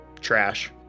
trash